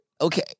Okay